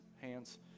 hands